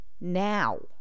now